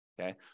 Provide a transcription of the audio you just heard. Okay